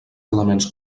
elements